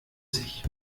sich